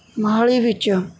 ਮੋਹਾਲੀ ਵਿੱਚ